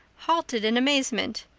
halted in amazement.